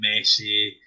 Messi